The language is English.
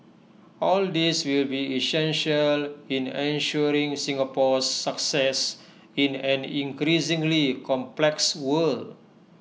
all these will be essential in ensuring Singapore's success in an increasingly complex world